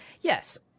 yes